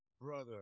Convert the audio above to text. brother